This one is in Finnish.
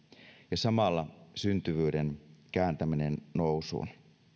ja samalla syntyvyyden kääntäminen nousuun